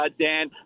Dan